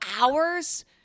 hours